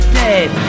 dead